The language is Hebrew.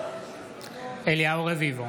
אליהו רביבו,